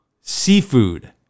Seafood